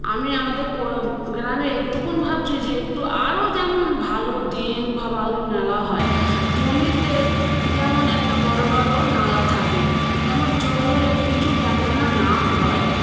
আমি আমাদের পরম গ্রামে এইটুকু ভাবছি যে একটু আরও যেমন ভালো ড্রেন বা ভালো নালা হয় জমিতে যেমন একটা বড়ো বড়ো নালা থাকে যেমন জল হলে কিছু যেমন না না হয়